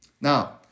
Now